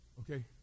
okay